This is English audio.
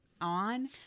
on